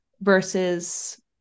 versus